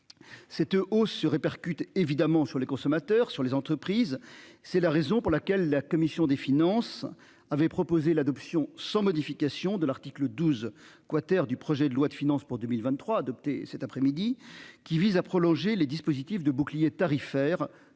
Cette hausse se répercute évidemment sur les consommateurs sur les entreprises. C'est la raison pour laquelle la commission des finances, avait proposé l'adoption sans modification de l'article 12 quater du projet de loi de finances pour 2023, adopté cet après-midi qui vise à prolonger les dispositifs de bouclier tarifaire